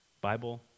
Bible